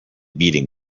beating